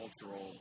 cultural